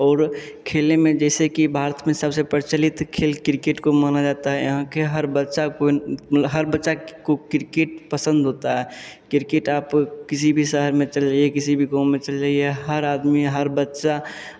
और खेलने में जैसे कि भारत में सबसे प्रचलित खेल किरकीट को माना जाता है यहाँ के हर बच्चा कोन हर बच्चा को किरकीट पसंद होता है किरकीट आप किसी भी शहर में चले जाइए किसी भी गाँव में चले जाइए हर आदमी हर बच्चा